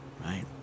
Right